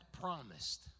promised